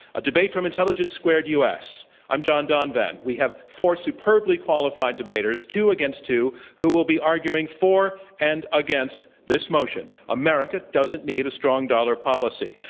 a debate from intelligence squared u. s. i'm john donvan. we have four superbly qualified debaters, two against two, who will be arguing for and against this policy and american doesn't need a strong dollar policy.